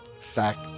fact